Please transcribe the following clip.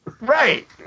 Right